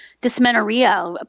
dysmenorrhea